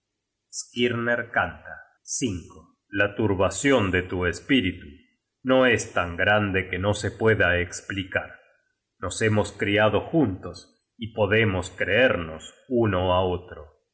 alegrarme skirner canta la turbacion de tu espíritu no es tan grande que no se pueda esplicar nos hemos criado juntos y podemos creernos uno á otro